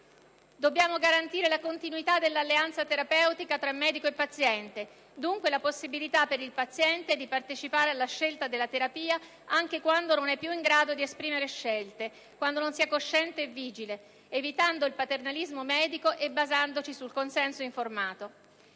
Dobbiamo garantire la continuità dell'alleanza terapeutica tra medico e paziente, dunque la possibilità per il paziente di partecipare alla scelta della terapia anche quando non è più in grado di esprimere scelte, quando non sia cosciente e vigile, evitando il paternalismo medico e basandoci sul consenso informato.